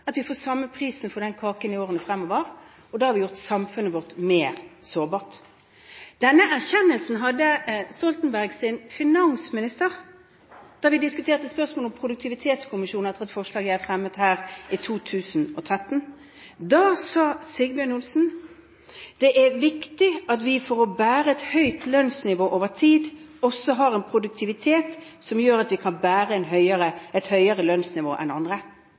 at vi får samme prisen for kaken i årene fremover, og da har vi gjort samfunnet vårt mer sårbart. Denne erkjennelsen hadde Stoltenbergs finansminister da vi diskuterte spørsmålet om en produktivitetskommisjon etter et forslag jeg fremmet her i 2013. Da sa Sigbjørn Johnsen: «Det er viktig at vi for å bære et høyt lønnsnivå over tid også har en produktivitet som gjør at vi kan bære et høyere lønnsnivå enn andre.»